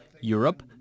Europe